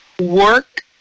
work